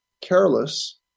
careless